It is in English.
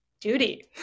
duty